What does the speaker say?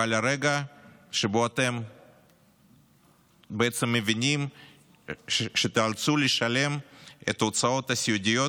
ועל הרגע שבו אתם בעצם מבינים שתיאלצו לשלם את ההוצאות הסיעודיות